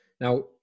Now